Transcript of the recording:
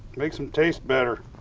makes them taste better.